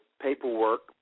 paperwork